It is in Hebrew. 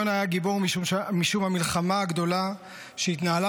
יונה היה גיבור משום המלחמה הגדולה שהתנהלה